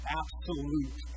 absolute